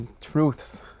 truths